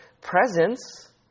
presence